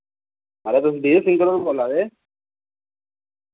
माराज तुस बिजय सिंगर होर बोल्ला दे